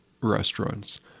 restaurants